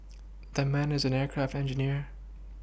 that man is an aircraft engineer